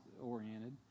oriented